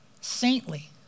saintly